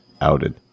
outed